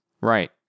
Right